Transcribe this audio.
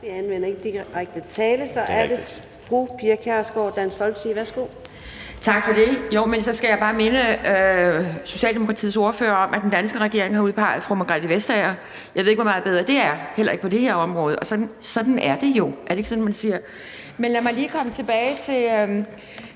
Vi anvender ikke direkte tiltale. Så er det fru Pia Kjærsgaard, Dansk Folkeparti. Værsgo. Kl. 13:33 Pia Kjærsgaard (DF): Tak for det. Jo, men så skal jeg bare minde Socialdemokratiets ordfører om, at den danske regering har udpeget fru Margrethe Vestager. Jeg ved ikke, hvor meget bedre det er, heller ikke på det her område, og sådan er det jo; er det ikke sådan, man siger? Men lad mig i virkeligheden lige